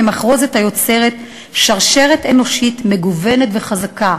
כמחרוזת היוצרת שרשרת אנושית מגוונת וחזקה,